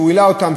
שהוא העלה אותה,